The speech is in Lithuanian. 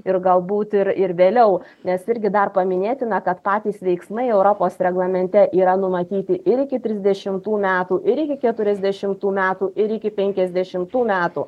ir galbūt ir ir vėliau nes irgi dar paminėtina kad patys veiksmai europos reglamente yra numatyti ir iki trisdešimtų metų ir iki keturiasdešimtų metų ir iki penkiasdešimtų metų